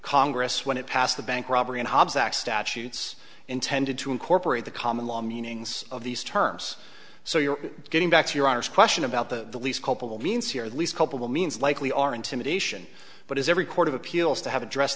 congress when it passed the bank robbery and hobbs act statutes intended to incorporate the common law meanings of these terms so you're getting back to your honor's question about the least culpable means here at least culpable means likely are intimidation but as every court of appeals to have address